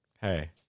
Hey